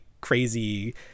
crazy